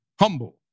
humble